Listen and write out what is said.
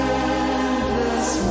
endless